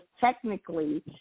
technically